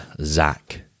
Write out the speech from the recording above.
Zach